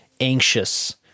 anxious